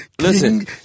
Listen